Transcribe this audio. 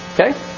Okay